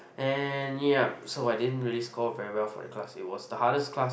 and yup so I didn't really score very well for the class it was the hardest class